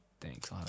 Thanks